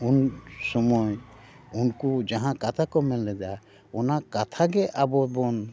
ᱩᱱ ᱥᱳᱢᱳᱭ ᱩᱱᱠᱩ ᱡᱟᱦᱟᱸ ᱠᱟᱛᱷᱟ ᱠᱚ ᱢᱮᱱ ᱞᱮᱫᱟ ᱚᱱᱟ ᱠᱟᱛᱷᱟ ᱜᱮ ᱟᱵᱚ ᱵᱚᱱ